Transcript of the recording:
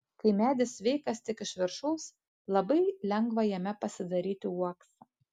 kai medis sveikas tik iš viršaus labai lengva jame pasidaryti uoksą